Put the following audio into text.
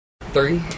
Three